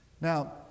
Now